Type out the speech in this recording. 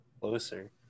closer